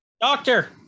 Doctor